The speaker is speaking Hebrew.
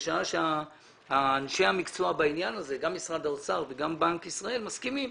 בשעה שאנשי המקצוע בעניין הזה גם משרד האוצר וגם בנק ישראל מסכימים.